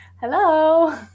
Hello